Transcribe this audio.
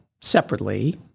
separately